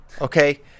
okay